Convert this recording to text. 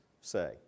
say